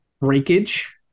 breakage